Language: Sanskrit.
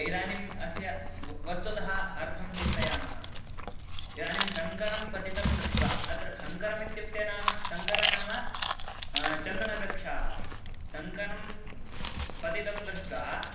इदानीम् अस्य व वस्तुतः अर्थं चिन्तयामः इदानीं शङ्करं पतितं दृष्ट्वा अत्र शङ्करम् इत्युक्ते नाम शङ्करं नाम चन्दनवृक्षाः सङ्कनं पतितं दृष्ट्वा